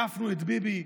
העפנו את ביבי.